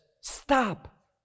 stop